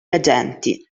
agenti